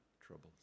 troubles